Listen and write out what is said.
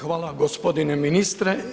Hvala gospodine ministre.